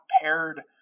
paired